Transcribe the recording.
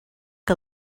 que